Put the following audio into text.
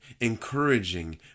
encouraging